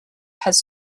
has